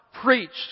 preached